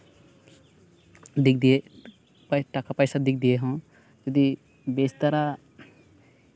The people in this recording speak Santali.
ᱫᱤᱜᱽ ᱫᱤᱭᱮ ᱠᱚᱭᱮᱠ ᱴᱟᱠᱟ ᱯᱚᱭᱥᱟ ᱫᱤᱜᱽ ᱫᱤᱭᱮ ᱦᱚᱸ ᱡᱩᱫᱤ ᱵᱮᱥ ᱫᱷᱟᱨᱟ